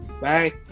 Bye